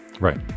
Right